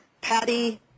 Patty